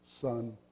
Son